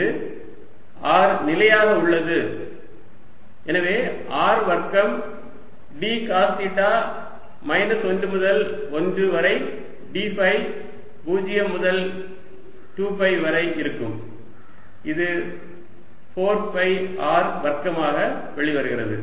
இது r நிலையாக உள்ளது எனவே R வர்க்கம் d காஸ் தீட்டா மைனஸ் 1 முதல் 1 வரை d ஃபை 0 முதல் 2 பை வரை இருக்கும் அது 4 பை r வர்க்கமாக வெளிவருகிறது